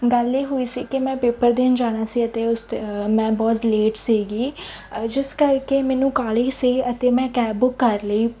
ਗੱਲ ਇਹ ਹੋਈ ਸੀ ਕਿ ਮੈਂ ਪੇਪਰ ਦੇਣ ਜਾਣਾ ਸੀ ਅਤੇ ਉਸ 'ਤੇ ਮੈਂ ਬਹੁਤ ਲੇਟ ਸੀਗੀ ਜਿਸ ਕਰਕੇ ਮੈਨੂੰ ਕਾਹਲੀ ਸੀ ਅਤੇ ਮੈਂ ਕੈਬ ਬੁੱਕ ਕਰ ਲਈ